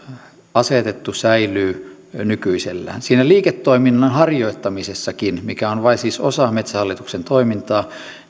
asetettu säilyvät nykyisellään liiketoiminnan harjoittamisessakin mikä on vain siis osa metsähallituksen toimintaa